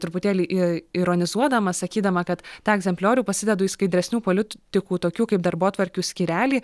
truputėlį ir ironizuodama sakydama kad tą egzempliorių pasidedu į skaidresnių politikų tokių kaip darbotvarkių skyrelį